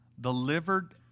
delivered